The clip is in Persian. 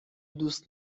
دوست